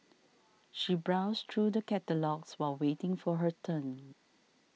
she browsed through the catalogues while waiting for her turn